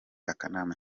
akanama